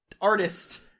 artist